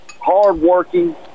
hardworking